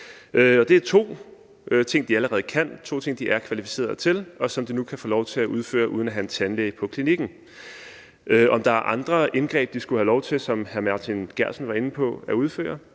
det er to ting, som de allerede kan, to ting, som de er kvalificerede til, og som de nu kan få lov til at udføre uden at have en tandlæge på klinikken. Om der er andre indgreb, de skulle have lov til at udføre, som hr. Martin Geertsen var inde på, er